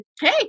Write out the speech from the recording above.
hey